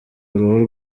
uruhu